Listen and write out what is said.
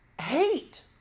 hate